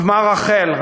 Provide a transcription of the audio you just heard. הוקמה רח"ל,